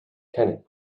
kenny